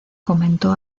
comentó